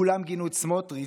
כולם גינו את סמוטריץ',